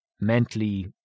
mentally